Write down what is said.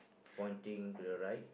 pointing to the right